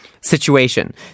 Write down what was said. situation